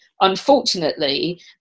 Unfortunately